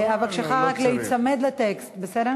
אבקשך רק להיצמד לטקסט, בסדר?